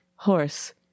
horse